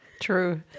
True